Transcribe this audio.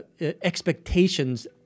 expectations